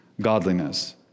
godliness